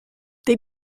they